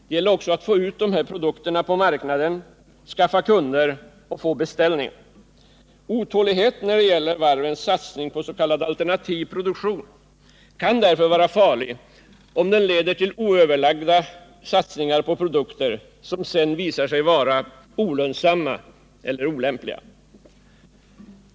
Det gäller också att få ut dessa produkter på marknaden, skaffa kunder och få beställningar. Otåligheten när det gäller varvens satsning på s.k. alternativ produktion kan därför vara farlig, om den leder till oöverlagda satsningar på produkter som sedan visar sig vara olönsamma eller olämpliga.